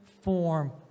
form